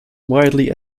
widely